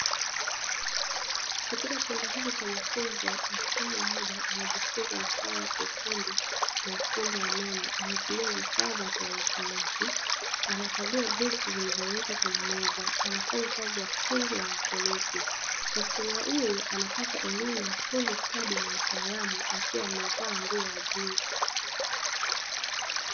Katika chumba hiki cha mafunzo, msichana mmoja anajifunza masuala ya kiufundi na ufundi wa umeme, anatumia vifaa vya kielektroniki anakagua vitu vilivyowekwa kwenye meza, anafanya kazi ya fundi wa elektroniki. Msichana huyu anapata elimu ya ufundi stadi na utaalamu akiwa maevaa nguo ya bluu.